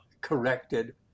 corrected